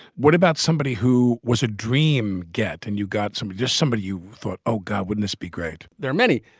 what about somebody who was a dream get. and you got somebody just somebody you thought, oh, god, wouldn't this be great? there are many,